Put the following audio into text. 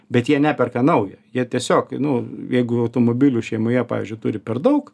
bet jie neperka naujo jie tiesiog nu jeigu automobilių šeimoje pavyzdžiui turi per daug